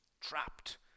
trapped